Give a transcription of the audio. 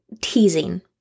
teasing